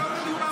נכון, הינה,